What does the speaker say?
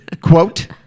Quote